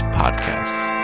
podcasts